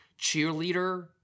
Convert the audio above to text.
cheerleader